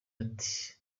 ati